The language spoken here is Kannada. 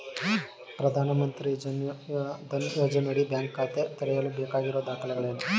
ಪ್ರಧಾನಮಂತ್ರಿ ಜನ್ ಧನ್ ಯೋಜನೆಯಡಿ ಬ್ಯಾಂಕ್ ಖಾತೆ ತೆರೆಯಲು ಬೇಕಾಗಿರುವ ದಾಖಲೆಗಳೇನು?